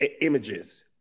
images